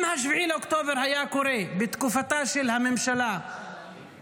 אם 7 באוקטובר היה קורה בתקופתה של הממשלה הקודמת,